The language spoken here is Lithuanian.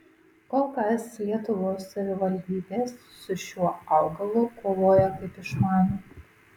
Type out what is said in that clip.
kol kas lietuvos savivaldybės su šiuo augalu kovoja kaip išmano